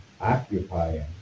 Occupying